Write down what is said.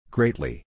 Greatly